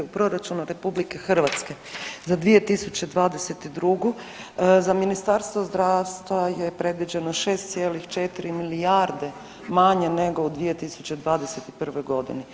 U proračunu RH za 2022. za Ministarstvo zdravstva je predviđeno 6,4 milijarde manje nego u 2021. godini.